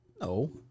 No